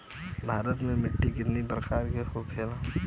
भारत में मिट्टी कितने प्रकार का होखे ला?